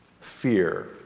Fear